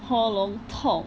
喉咙痛